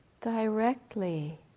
directly